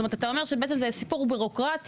אתה אומר שזה סיפור ביורוקרטי.